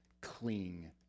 cling